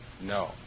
no